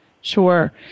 sure